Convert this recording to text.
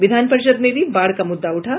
विधान परिषद् में भी बाढ़ का मुद्दा उठा